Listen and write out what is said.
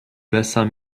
bassin